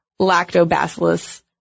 lactobacillus